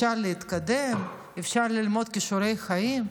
אפשר להתקדם, אפשר ללמוד כישורי חיים.